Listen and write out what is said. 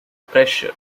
pressure